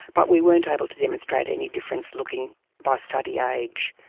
but we weren't able to demonstrate any difference looking by study age.